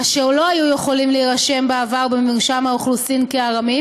אשר לא היו יכולים להירשם בעבר במרשם האוכלוסין כארמים